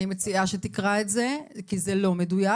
אני מציעה שתקרא את זה כי זה לא מדויק.